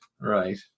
Right